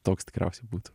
toks tikriausiai būtų